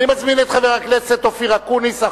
אני מזמין את חבר הכנסת אופיר אקוניס,